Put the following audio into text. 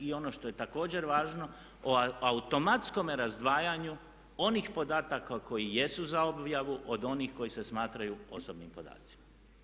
I ono što je također važno o automatskome razdvajanju onih podataka koji jesu za objavu od onih koji se smatraju osobnim podacima.